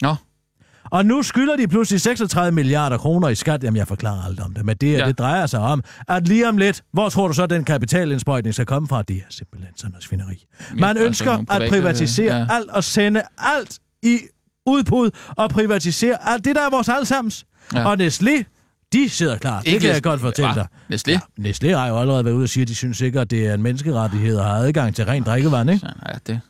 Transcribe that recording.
Nå. Og nu skylder de pludselig 36 milliarder kroner i skat. Jamen, jeg forklarer aldrig om det, men det her, Ja. det drejer sig om, at lige om lidt, hvor tror du så, den kapitalindsprøjtning skal komme fra? Det er simpelthen sådan noget svineri. Ja, Man altså ønsker nogle at private- privatisere ja. alt og sende alt i udbud og privatisere alt. Det, der er vores allesammens. Ja. Og Nestlé, de sidder klar. Det Ikke kan jeg Nestlé. godt fortælle Hva? dig. Nestlé? Ja, Nestlé har jo allerede været ude at sige, at de synes ikke, at det er en menneskerettighed at have adgang til rent Ah, drikkevand, ikke? sådan er det.